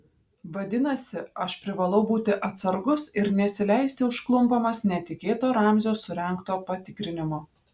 vadinasi aš privalau būti atsargus ir nesileisti užklumpamas netikėto ramzio surengto patikrinimo